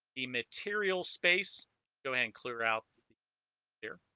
a material space go and clear out here